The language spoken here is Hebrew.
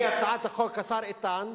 אני את הצעת החוק, השר איתן,